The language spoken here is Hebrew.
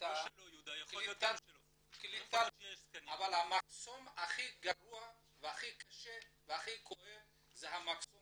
הקליטה --- אבל המחסום הכי גרוע הכי קשה והכי כואב זה המחסום